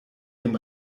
dem